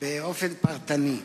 באופן פרטני.